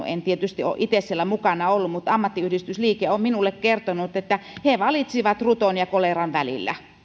en tietysti ole itse siellä mukana ollut mutta ammattiyhdistysliike on minulle kertonut että he valitsivat ruton ja koleran välillä